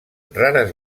rares